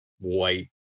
white